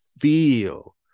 feel